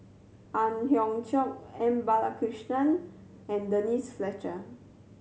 Ang Hiong Chiok M Balakrishnan and Denise Fletcher